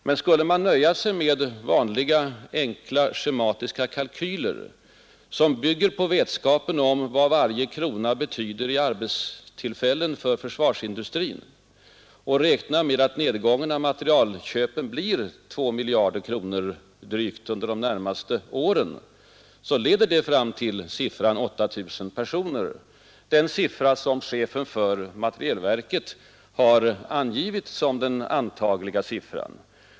Men nöjer man sig med vanliga enkla schematiska kalkyler, som bygger på vetskapen om vad varje krona betyder i arbetstillfällen för försvarsindustrin och räknar med att nedgången av materielköpen blir drygt 2 miljarder kronor under de närmaste åren, då leder det fram till siffran 8 000 personer — en siffra som även chefen för materielverket har angivit som den antagliga siffran.